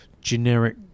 generic